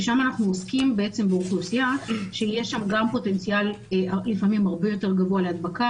שם אנחנו עוסקים באוכלוסייה עם פוטנציאל לפעמים הרבה יותר גבוה להדבקה